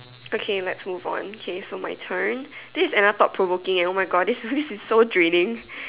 okay let's move on okay so my turn okay this is another thought provoking eh oh my God this is so draining